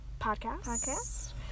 Podcast